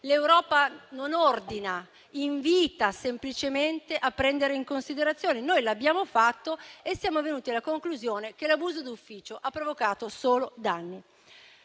l'Europa non ordina, invita semplicemente a prendere in considerazione. Noi lo abbiamo fatto e siamo venuti alla conclusione che l'abuso d'ufficio ha provocato solo danni.